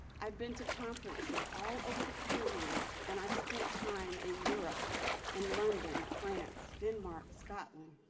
i've been to conferences all over the caribbean and i've spent time in europe in london, france, denmark, scotland,